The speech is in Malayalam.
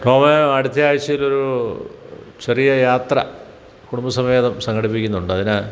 റോബേ അടുത്ത ആഴ്ചയിലൊരു ചെറിയ യാത്ര കുടുംബസമേതം സംഘടിപ്പിക്കുന്നുണ്ട് അതിന്